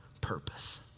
purpose